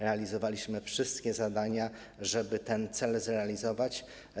Realizowaliśmy wszystkie zadania, żeby ten cel zrealizować.